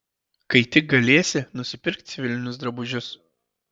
kai tik galėsi nusipirk civilinius drabužius